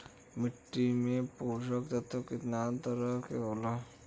मिट्टी में पोषक तत्व कितना तरह के होला?